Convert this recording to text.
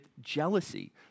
jealousy